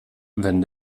wenn